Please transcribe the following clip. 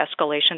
escalation